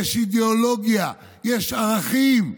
יש אידיאולוגיה, יש ערכים.